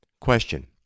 Question